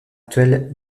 actuel